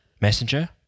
Messenger